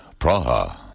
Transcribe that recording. Praha